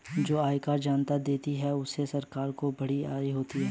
जो आयकर जनता देती है उससे सरकार को बड़ी आय होती है